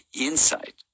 insight